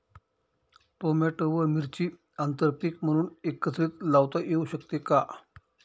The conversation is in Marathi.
टोमॅटो व मिरची आंतरपीक म्हणून एकत्रित लावता येऊ शकते का?